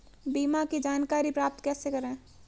बीमा की जानकारी प्राप्त कैसे करें?